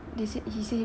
they say he say